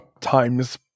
times